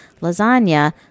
lasagna